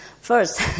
First